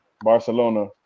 Barcelona